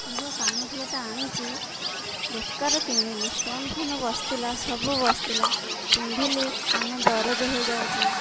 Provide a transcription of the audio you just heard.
ମୁଁ ଯେଉଁ କାନଫୁଲଟା ଆଣିଛି ବେକାର କିଣିଲି ଷ୍ଟୋନ୍ ଫୋନ୍ ବସିଥିଲା ସବୁ ବସିଥିଲା ପିନ୍ଧିଲେ କାନ ଦରଜ ହୋଇଯାଉଛି